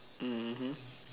mmhmm